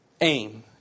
aim